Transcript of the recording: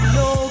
no